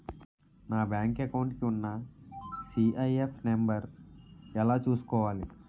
నా bank account కి ఉన్న సి.ఐ.ఎఫ్ నంబర్ ఎలా చూసుకోవాలి?